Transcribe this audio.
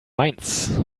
mainz